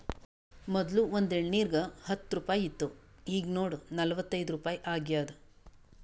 ಮೊದ್ಲು ಒಂದ್ ಎಳ್ನೀರಿಗ ಹತ್ತ ರುಪಾಯಿ ಇತ್ತು ಈಗ್ ನೋಡು ನಲ್ವತೈದು ರುಪಾಯಿ ಆಗ್ಯಾದ್